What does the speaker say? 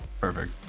Perfect